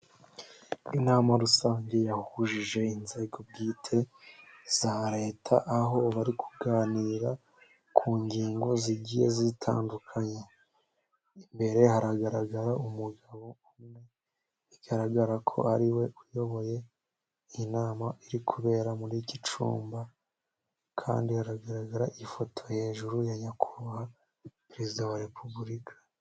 Inama rusange yahujije inzego bwite za leta, aho bari kuganira ku ngingo zigiye zitandukanye, imbere haragaragara umugabo umwe, bigaragara ko ariwe uyoboye iyi nama, iri kubera muri iki cyumba, kandi hagaragara ifoto hejuru ya Nyakubahwa perezida wa Repubulika.